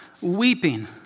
weeping